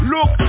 Look